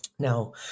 Now